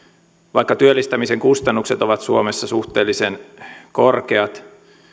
vaikka työllistämisen kustannukset ovat suomessa suhteellisen korkeat